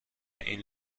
این